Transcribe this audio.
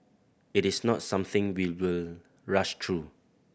it is not something we will rush through